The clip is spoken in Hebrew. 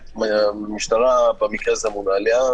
שהמשטרה במקרה הזה אמונה עליה,